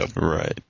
Right